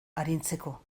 arintzeko